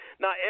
Now